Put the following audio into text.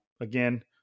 again